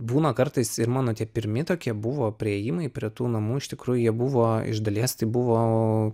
būna kartais ir mano tie pirmi tokie buvo priėjimai prie tų namų iš tikrųjų jie buvo iš dalies tai buvo